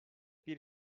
bir